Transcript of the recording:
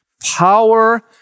Power